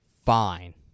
fine